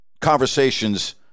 conversations